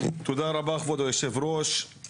תודה רבה כבוד היושב-ראש,